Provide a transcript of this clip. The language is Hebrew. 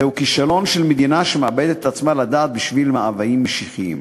זהו כישלון של מדינה שמאבדת את עצמה לדעת בשביל מאוויים משיחיים.